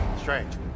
Strange